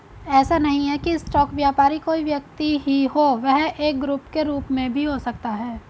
ऐसा नहीं है की स्टॉक व्यापारी कोई व्यक्ति ही हो वह एक ग्रुप के रूप में भी हो सकता है